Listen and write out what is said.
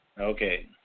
Okay